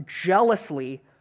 jealously